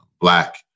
black